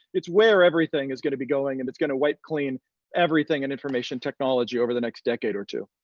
it's where everything is going to be going and it's gonna wipe clean everything in information technology over the next decade or two.